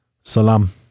Salam